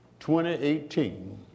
2018